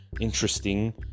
interesting